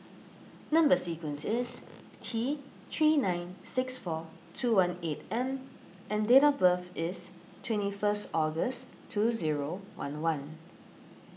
Number Sequence is T three nine six four two one eight M and date of birth is twenty first August two zero one one